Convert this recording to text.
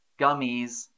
gummies